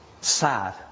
sad